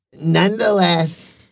nonetheless